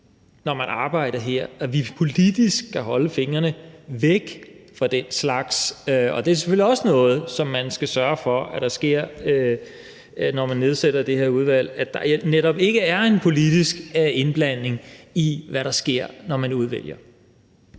når man arbejder her, altså at vi politisk skal holde fingrene væk fra den slags. Og det er selvfølgelig også noget, som man skal sørge for sker, når man nedsætter det her udvalg, altså at der netop ikke er en politisk indblanding i, hvad der sker, når man udvælger.